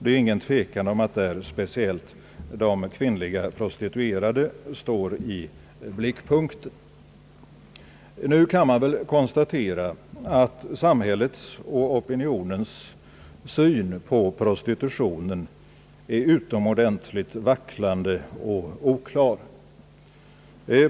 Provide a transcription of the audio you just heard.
Det är ingen tvekan om att speciellt de kvinnliga prostituerade står i blickpunkten. Nu kan det konstateras att samhällets och opinionens syn på prostitutionen är utomordentligt vacklande och oklar.